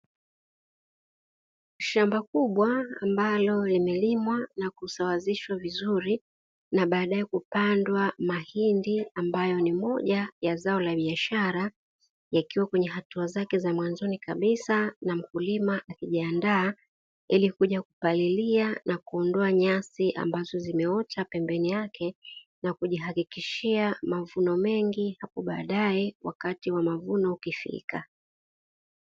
Shamba kubwa ambalo limelimwa na kusawazishwa vizuri na baadaye kupandwa mahindi ambayo ni moja ya zao la biashara, yakiwa kwenye hatua zake za mwanzoni kabisa na mkulima akijiandaa ili kuja kupalilia na kuondoa nyasi ambazo zimeota pembeni yake, na kujihakikishia mavuno mengi hapo baadaye wakati wa mavuno ukifika.